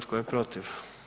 Tko je protiv?